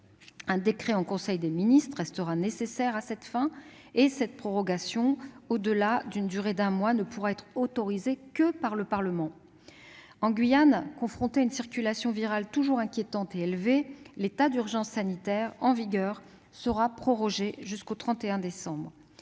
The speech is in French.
Un décret en conseil des ministres restera nécessaire à cette fin, et sa prorogation au-delà d'une durée d'un mois ne pourra être autorisée que par le Parlement. En Guyane, région confrontée à une circulation virale toujours inquiétante, l'état d'urgence sanitaire en vigueur sera prorogé jusqu'au 31 décembre.